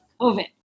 COVID